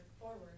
forward